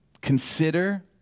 Consider